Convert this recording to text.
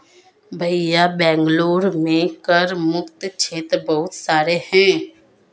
भैया बेंगलुरु में कर मुक्त क्षेत्र बहुत सारे हैं